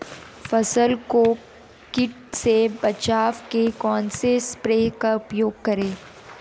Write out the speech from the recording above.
फसल को कीट से बचाव के कौनसे स्प्रे का प्रयोग करें?